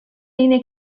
اینه